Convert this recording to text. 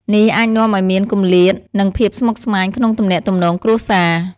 នេះអាចនាំឲ្យមានគម្លាតរ និងភាពស្មុគស្មាញក្នុងទំនាក់ទំនងគ្រួសារ។